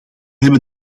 hebben